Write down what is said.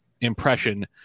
impression